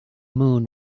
moon